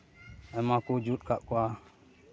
ᱟᱭᱢᱟ ᱠᱚ ᱡᱩᱛ ᱠᱟᱜ ᱠᱚᱣᱟ